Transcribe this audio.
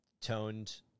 toned